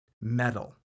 metal